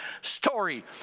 story